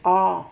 orh